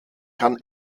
kann